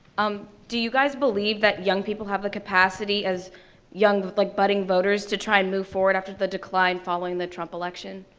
um do you guys believe that young people have the capacity, as young, like budding voters, to try and move forward after the decline following the trump election?